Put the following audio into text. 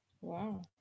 Wow